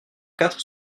quatre